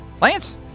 Lance